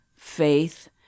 Faith